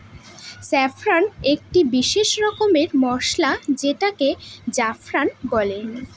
saffron একটি বিশেষ রকমের মসলা যেটাকে জাফরান বলে